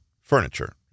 furniture